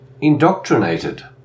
indoctrinated